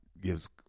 gives